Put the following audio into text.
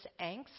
angst